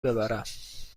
ببرم